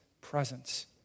presence